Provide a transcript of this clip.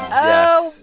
oh,